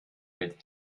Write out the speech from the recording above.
mit